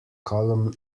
column